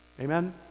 Amen